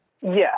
Yes